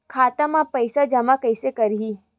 खाता म पईसा जमा कइसे करही?